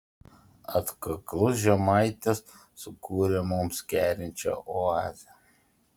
atkaklus žemaitis sukūrė mums kerinčią oazę